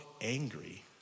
angry